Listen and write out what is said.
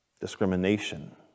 discrimination